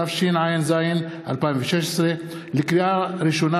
התשע"ז 2016. לקריאה ראשונה,